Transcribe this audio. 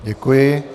Děkuji.